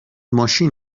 ماشین